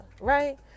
Right